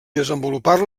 desenvolupar